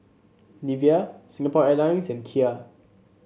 Nivea Singapore Airlines and Kia